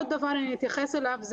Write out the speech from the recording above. עוד דבר שאתייחס אליו זה